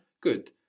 Good